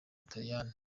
butaliyani